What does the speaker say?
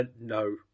No